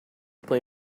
play